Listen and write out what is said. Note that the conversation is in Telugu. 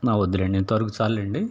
వద్దులేండి ఇంతరకు చాల్లేండి